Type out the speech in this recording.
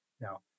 now